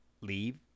leave